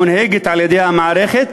המונהגת על-ידי המערכת,